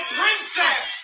princess